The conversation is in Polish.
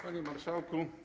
Panie Marszałku!